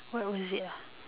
what was it ah